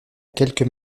quelque